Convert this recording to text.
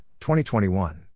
2021